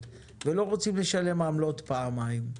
להוצאות ולא רוצים לשלם עמלות פעמיים,